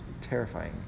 Terrifying